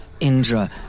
Indra